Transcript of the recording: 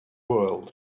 world